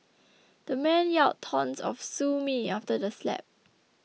the man yelled taunts of sue me after the slap